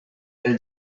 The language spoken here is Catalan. pel